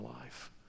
life